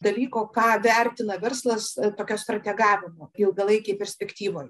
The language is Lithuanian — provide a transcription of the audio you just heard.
dalyko ką vertina verslas tokio strategavimo ilgalaikėj perspektyvoj